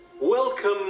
Welcome